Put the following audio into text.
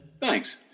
Thanks